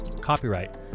copyright